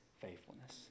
faithfulness